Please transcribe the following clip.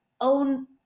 own